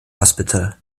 hospital